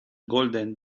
golden